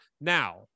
Now